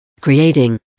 Creating